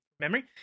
memory